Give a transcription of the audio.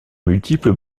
multiples